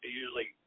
usually